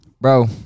Bro